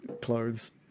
clothes